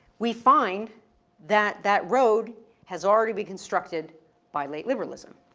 we find that that road has already been constructed by late liberalism.